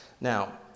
Now